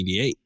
1988